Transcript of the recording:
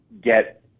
get